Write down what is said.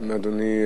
אם יהיה צורך,